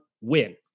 win